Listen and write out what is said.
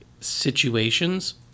situations